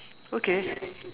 okay